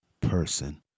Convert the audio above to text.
person